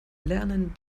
lernen